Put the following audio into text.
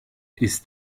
ist